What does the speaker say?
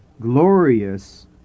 glorious